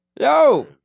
Yo